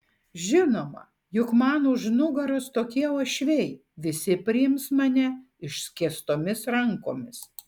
žinoma juk man už nugaros tokie uošviai visi priims mane išskėstomis rankomis